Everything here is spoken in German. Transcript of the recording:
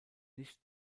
nicht